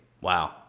Wow